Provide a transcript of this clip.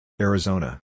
Arizona